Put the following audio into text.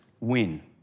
win